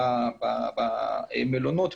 במלונות,